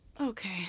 Okay